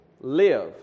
live